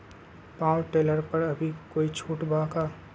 Power tiller पर अभी कोई छुट बा का?